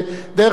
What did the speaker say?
דרך אגב,